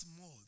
more